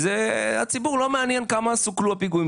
את הציבור לא מעניין כמה פיגועים סוכלו.